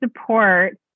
support